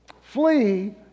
flee